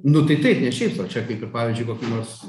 nu tai taip ne šiaip sau čia kaip ir pavyzdžiui kokį nors